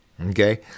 Okay